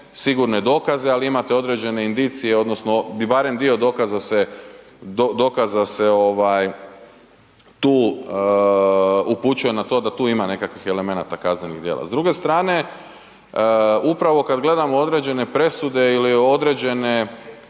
sigurne dokaze, ali imate određene indicije odnosno bi barem dio dokaza se, dokaza se ovaj tu upućuje na to da tu ima nekakvih elemenata kaznenih djela. S druge strane, upravo kad gledamo određene presude ili određene,